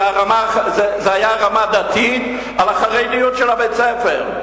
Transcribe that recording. זה היה רמה דתית, על החרדיות של בית-הספר.